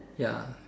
ya